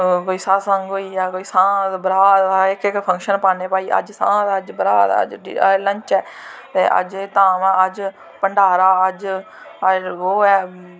कोई सतसं सांत बरात इक इक फंक्शन पान्ने भाई अज्ज सांत ऐ अज्ज बरात ऐ अज्ज लंच ऐ ते अज्ज एह् धाम ऐ अज्ज भण्डारा अज्ज अज्ज ओह् ऐ